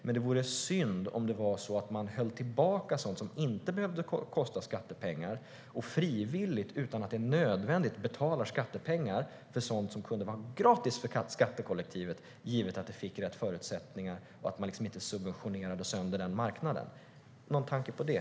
Det vore dock synd om man höll tillbaka sådant som inte behöver kosta skattepengar och frivilligt utan att det är nödvändigt betalar skattepengar för sådant som kunde vara gratis för skattekollektivet givet att det fick rätt förutsättningar och att man inte subventionerade sönder den marknaden. Har statsrådet någon tanke om det?